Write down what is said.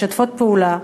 משתפות פעולה,